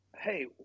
hey